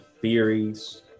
theories